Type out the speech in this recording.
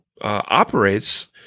operates